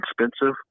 expensive